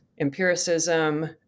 empiricism